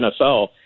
NFL –